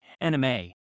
anime